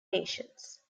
nations